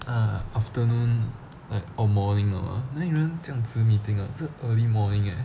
uh afternoon or morning 的 mah 哪里有人这样迟 meeting 的这 early morning leh